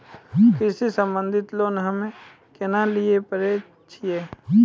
कृषि संबंधित लोन हम्मय केना लिये पारे छियै?